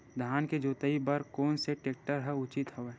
धान के जोताई बर कोन से टेक्टर ह उचित हवय?